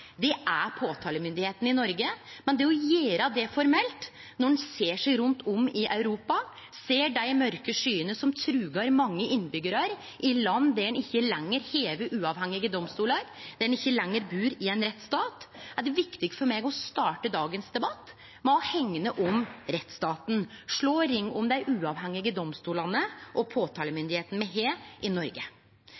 Det er påtalemyndigheita i Noreg, men me gjorde det formelt. Når eg ser meg rundt om i Europa, og ser dei mørke skyene som trugar mange innbyggjarar i land der ein ikkje lenger har uavhengige domstolar, der ein ikkje lenger bur i ein rettsstat, er det viktig for meg å starte dagens debatt med å hegne om rettsstaten, og slå ring om dei uavhengige domstolane og